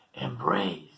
embrace